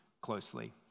closely